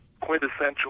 quintessential